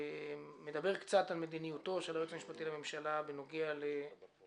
הוא מדבר קצת על מדיניותו של היועץ המשפטי לממשלה בנוגע לאותם